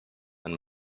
and